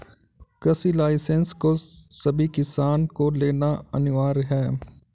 कृषि लाइसेंस को सभी किसान को लेना अनिवार्य है